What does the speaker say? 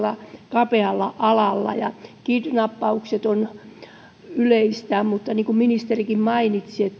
kapealla alalla kidnappaukset ovat yleisiä mutta niin kuin ministerikin mainitsi